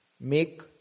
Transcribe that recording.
make